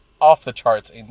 off-the-charts